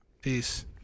peace